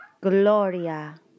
Gloria